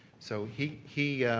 so he he